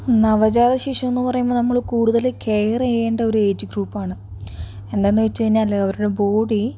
നവജാത ശിശു എന്ന് പറയുമ്പോൾ നമ്മൾ കൂടുതൽ കെയർ ചെയ്യേണ്ട ഒരു ഏജ് ഗ്രൂപ്പാണ് എന്ത് എന്ന് വെച്ച് കഴിഞ്ഞാൽ അവരുടെ ബോഡി